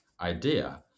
idea